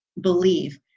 believe